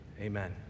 Amen